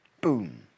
Boom